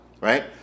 right